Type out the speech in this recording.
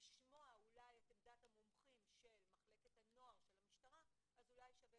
לשמוע אולי את עמדת המומחים של מחלקת הנוער של המשטרה אז אולי שווה